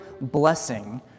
blessing